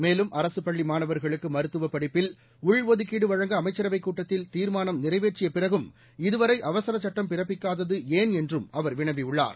மேலும் அரசு பள்ளி மாணவர்களுக்கு மருத்துவப் படிப்பில் உள் ஒதுக்கீடு வழங்க அமைச்சரவைக் கூட்டத்தில் தீர்மானம் நிறைவேற்றிய பிறகும் இதுவரை அவசர சட்டம் பிறப்பிக்காதது ஏன் என்றும் அவர் வினவியுள்ளார்